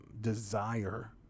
desire